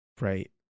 right